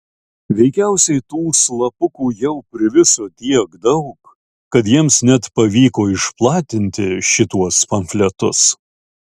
veikiausiai tų slapukų jau priviso tiek daug kad jiems net pavyko išplatinti šituos pamfletus